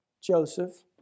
Joseph